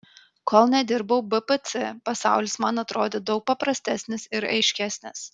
kol nedirbau bpc pasaulis man atrodė daug paprastesnis ir aiškesnis